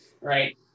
right